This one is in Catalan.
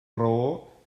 raó